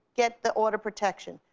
get the order protection.